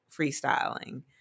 freestyling